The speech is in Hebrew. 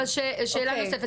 אבל שאלה נוספת,